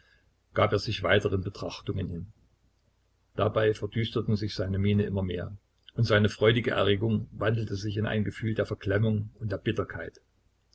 gab er sich weiteren betrachtungen hin dabei verdüsterten sich seine mienen immer mehr und seine freudige erregung wandelte sich in ein gefühl der veklemmung und der bitterkeit